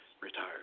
retired